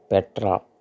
petra